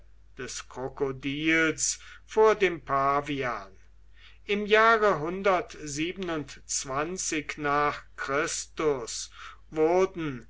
des krokodils vor dem pavian im jahre nach christus wurden